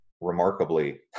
remarkably